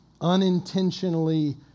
unintentionally